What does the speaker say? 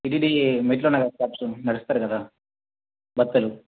TTD మెట్లున్నాయి కదా steps నడుస్తారు కదా భక్తులు